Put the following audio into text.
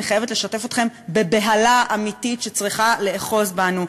אני חייבת לשתף אתכם בבהלה אמיתית שצריכה לאחוז בנו,